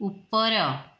ଉପର